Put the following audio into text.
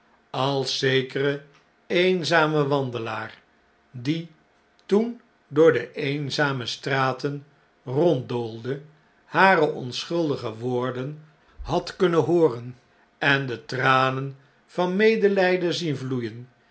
als zekere eenzame wandelaar die toen door de eenzame straten ronddoolde hare onachuldige woorden had kunnen hooren en de tranen van medelgden zien vloeien